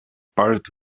part